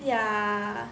yeah